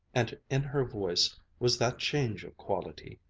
and in her voice was that change of quality,